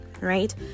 right